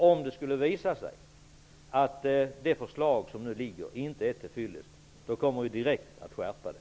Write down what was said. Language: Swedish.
Om det skulle visa sig att det förslag som nu föreligger inte är till fyllest kommer vi direkt att skärpa det.